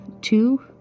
two